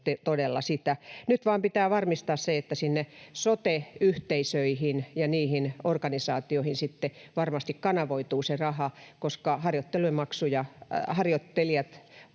todella sitä. Nyt vain pitää varmistaa se, että sinne sote-yhteisöihin ja niihin organisaatioihin sitten varmasti kanavoituu se raha, koska harjoittelijat